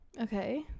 Okay